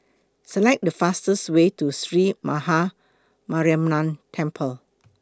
Select The fastest Way to Sree Maha Mariamman Temple